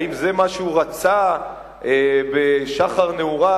האם זה מה שהוא רצה בשחר נעוריו?